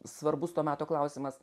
svarbus to meto klausimas